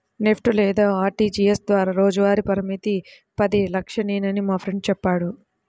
NEFT లేదా RTGS ద్వారా రోజువారీ పరిమితి పది లక్షలేనని మా ఫ్రెండు చెప్పాడు